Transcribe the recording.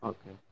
Okay